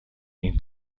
این